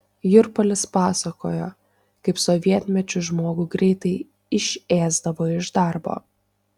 jurpalis pasakojo kaip sovietmečiu žmogų greitai išėsdavo iš darbo